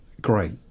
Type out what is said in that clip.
great